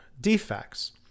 defects